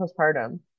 postpartum